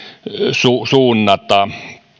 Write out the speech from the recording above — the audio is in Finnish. suunnata